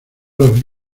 los